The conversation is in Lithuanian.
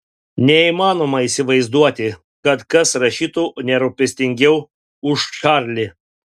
neįmanoma įsivaizduoti kad kas rašytų nerūpestingiau už čarlį